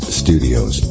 studios